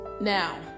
Now